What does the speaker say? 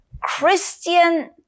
Christian